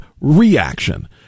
reaction